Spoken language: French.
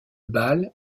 bâle